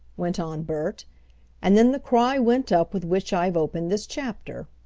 went on bert and then the cry went up with which i have opened this chapter.